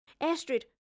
Astrid